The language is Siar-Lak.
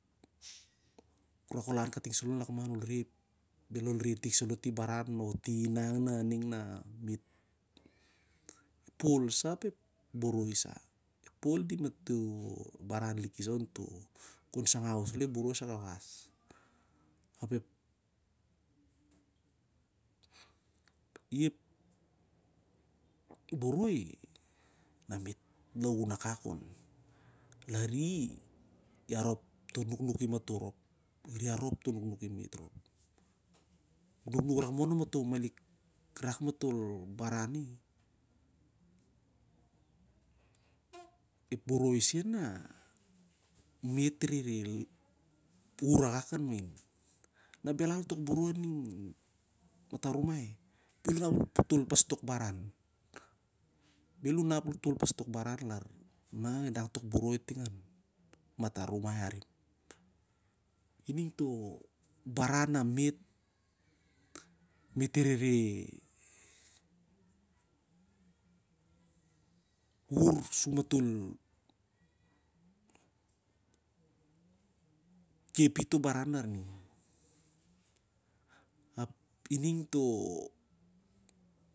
U rak ol lan kating sup lon lakman ap ol reh, bhel of reh tik saloh tibaran mah ep phol sah ap ep boroi sah. Phol di baran liki sah khon sangau saloh ep boroi sai kawas. Ap ep i- ep boroi na me't laun a kakon. Lari i reh arop toh nuknukim me't rop. Nunuk rak moh na matoh rak matol baran i- ep boroi sen nah me't rehreh wuvur akakakan mahin. Na belal tok boroi ting an mata rumai, bhel unap ol tol pas tok baran. Ining toh baran na me't rehreh wuvur sur matol khep i toh baran larning, ap ining toh-